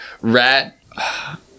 rat